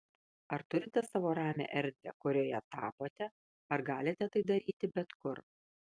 ar turite savo ramią erdvę kurioje tapote ar galite tai daryti bet kur